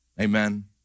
Amen